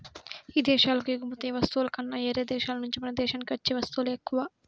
ఇదేశాలకు ఎగుమతయ్యే వస్తువుల కన్నా యేరే దేశాల నుంచే మన దేశానికి వచ్చే వత్తువులే ఎక్కువ